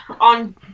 on